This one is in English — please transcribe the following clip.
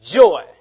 joy